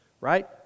right